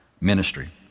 Ministry